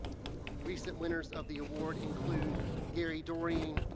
recent winners of the award include gary dorrien,